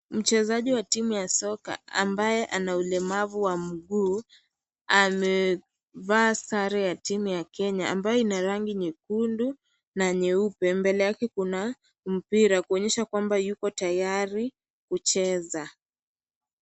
Mchezaji wa timu ya soka ambaye ana ulemavu wa mguuu amevaa sare ya timu kenya ambayo ina rangi nyekundu na nyeupe mbele yake kuna mpira kuonyesha kwamba yupo tayari kucheza.